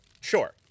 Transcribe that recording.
Sure